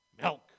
milk